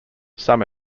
some